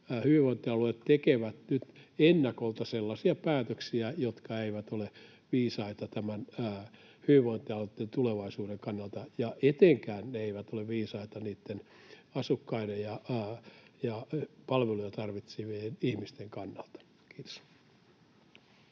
hyvinvointialueet tekevät nyt ennakolta sellaisia päätöksiä, jotka eivät ole viisaita hyvinvointialueitten tulevaisuuden kannalta, ja etenkään ne eivät ole viisaita asukkaiden ja palveluja tarvitsevien ihmisten kannalta. — Kiitos.